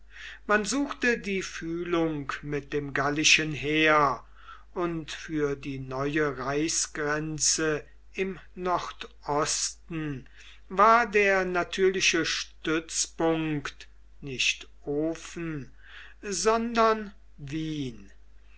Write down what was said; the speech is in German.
man suchte die fühlung mit dem gallischen heer und für die neue reichsgrenze im nordosten war der natürliche stützpunkt nicht ofen sondern wien